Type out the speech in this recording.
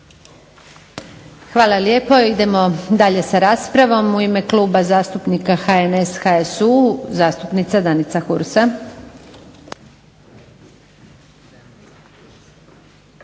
Hvala lijepo. Idemo dalje sa raspravom. U ime Kluba zastupnika HNS, HSU zastupnica Danica Hursa.